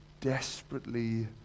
desperately